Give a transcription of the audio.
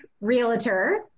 realtor